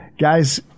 Guys